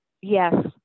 yes